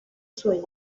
sueño